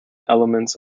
elements